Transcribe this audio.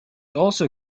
also